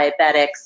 diabetics